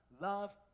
love